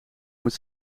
moet